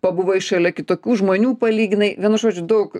pabuvai šalia kitokių žmonių palyginai vienu žodžiu daug